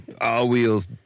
all-wheels